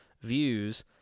views